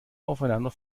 aufeinander